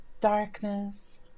darkness